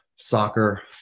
soccer